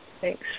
thanks